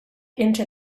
into